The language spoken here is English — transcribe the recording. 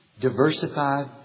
Diversified